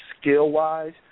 skill-wise